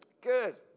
Good